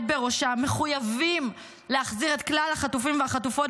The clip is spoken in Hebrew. בראשה מחויבים להחזיר את כלל החטופים והחטופות,